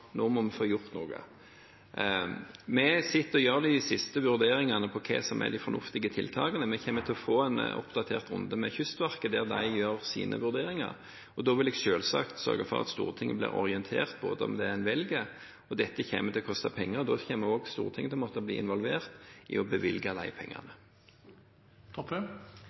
må få gjort noe. Vi sitter og gjør de siste vurderingene av hva som er de fornuftige tiltakene. Vi kommer til å få en oppdatert runde med Kystverket der de gjør sine vurderinger, og da vil jeg selvsagt sørge for at Stortinget blir orientert om det en velger. Dette kommer til å koste penger, og Stortinget kommer da til å måtte bli involvert i å bevilge de pengene.